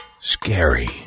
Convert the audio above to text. scary